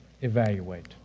evaluate